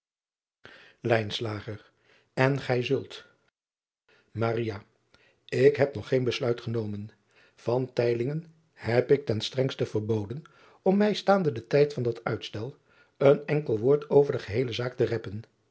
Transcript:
n gij zult k heb nog geen besluit genomen heb ik ten strengste verboden om mij staande den tijd van dat uitstel een enkel woord over de geheele zaak te reppen